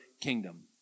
kingdom